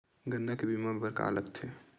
गन्ना के बीमा बर का का लगथे?